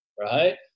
right